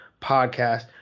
podcast